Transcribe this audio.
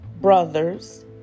brothers